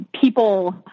people